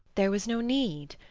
there was no need.